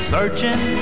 Searching